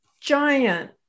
giant